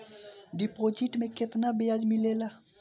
Deposit मे केतना बयाज मिलेला?